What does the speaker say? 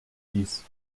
dies